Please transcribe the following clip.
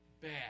bad